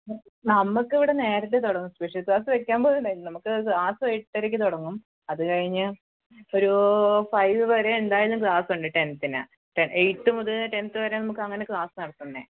നമുക്ക് ഇവിടെ നേരത്തേ തുടങ്ങും സ്പെഷ്യല് ക്ലാസ് വയ്ക്കാൻ പോലും നമുക്ക് ക്ലാസ് എട്ടരയ്ക്ക് തുടങ്ങും അത് കഴിഞ്ഞ് ഒരൂ ഫൈവ് വരെ എന്തായാലും ക്ലാസ് ഉണ്ട് ടെന്തിന് ടെ എയ്റ്റ്ത്ത് മുതല് ടെന്ത് വരെ നമുക്ക് അങ്ങനെ ക്ലാസ് നടത്തുന്നത്